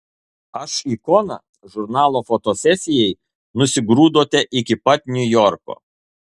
aš ikona žurnalo fotosesijai nusigrūdote iki pat niujorko